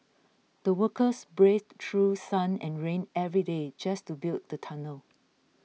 the workers braved through sun and rain every day just to build the tunnel